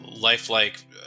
lifelike